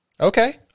okay